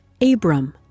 Abram